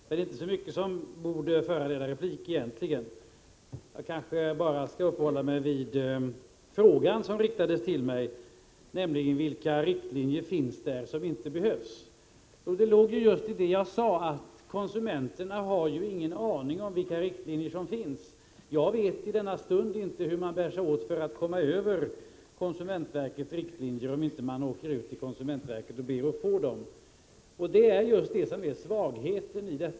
Herr talman! Det är väl inte så mycket av det som sagts som borde föranleda replik. Jag skall bara uppehålla mig vid den fråga som riktades till mig, nämligen vilka riktlinjer det finns som inte behövs. Svaret på det ligger just i vad jag sade — konsumenterna har ingen aning om vilka riktlinjer som finns! Jag vet i denna stund inte hur man bär sig åt för att komma över konsumentverkets riktlinjer, om man inte åker ut till konsumentverket och ber att få dem. Det är just det som är svagheten.